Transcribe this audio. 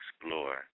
explore